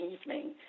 evening